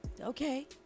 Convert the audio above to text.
Okay